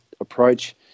approach